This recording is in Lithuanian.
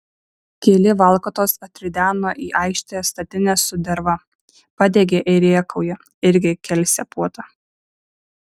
keli valkatos atrideno į aikštę statines su derva padegė ir rėkauja irgi kelsią puotą